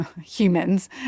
humans